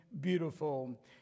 beautiful